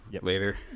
later